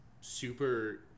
super